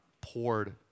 poured